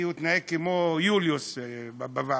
כי הוא התנהג כמו יוליוס בוועדה,